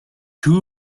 two